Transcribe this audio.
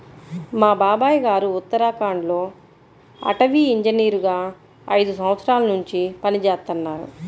మా బాబాయ్ గారు ఉత్తరాఖండ్ లో అటవీ ఇంజనీరుగా ఐదు సంవత్సరాల్నుంచి పనిజేత్తన్నారు